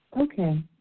Okay